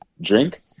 drink